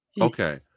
okay